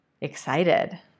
excited